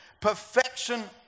perfection